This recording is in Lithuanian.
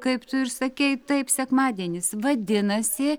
kaip tu ir sakei taip sekmadienis vadinasi